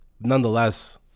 Nonetheless